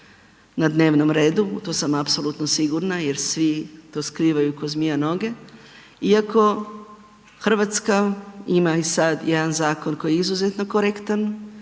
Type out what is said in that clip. na dnevnom redu, tu sam apsolutno sigurna jer svi to skrivaju ko zmija noge, iako RH ima i sad jedan zakon koji je izuzetno korektan,